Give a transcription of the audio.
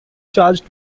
charged